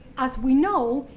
as we know,